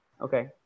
Okay